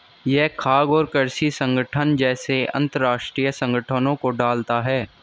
यह खाद्य और कृषि संगठन जैसे अंतरराष्ट्रीय संगठनों को डालता है